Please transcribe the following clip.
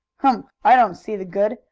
humph! i don't see the good.